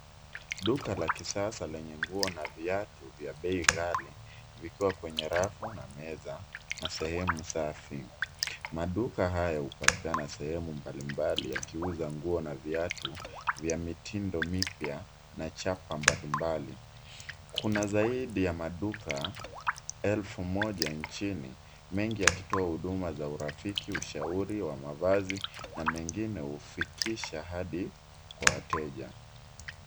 Duka la kisasa lenye nguo na viatu vya bei ghali, vikiwa kwenye rafu na meza, na sehemu safi. Maduka hayo hupatikana sehemu mbalimbali yakiuza nguo na viatu, vya mitindo mipya, na chapa mbalimbali. Kuna zaidi ya maduka, elfu moja nchini, mengi yakitoa huduma za urafiki, ushauri wa mavazi, na mengine hufikisha hadi kwa wateja.